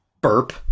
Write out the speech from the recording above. Burp